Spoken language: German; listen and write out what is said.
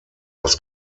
das